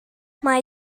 mae